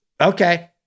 Okay